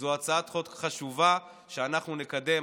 זאת הצעת חוק חשובה, שאנחנו נקדם.